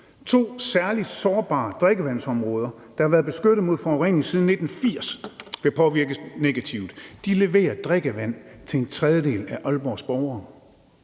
To særligt sårbare drikkevandsområder, der har været beskyttet mod forurening siden 1980, vil påvirkes negativt. De leverer drikkevand til en tredjedel af Aalborgs borgere.